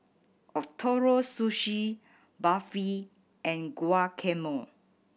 Ootoro Sushi Barfi and Guacamole